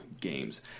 games